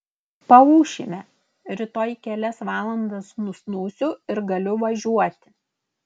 paūšime rytoj kelias valandas nusnūsiu ir galiu važiuoti